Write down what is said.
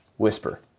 whisper